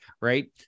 right